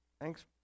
Thanks